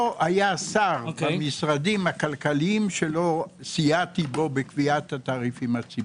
לא היה שר במשרדים הכלכליים שלא סייעתי בו בקביעת התעריפים הציבוריים.